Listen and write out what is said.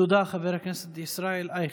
תודה, חבר הכנסת ישראל אייכלר.